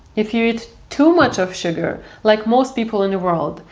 if you eat too much of sugar, like most people in the world,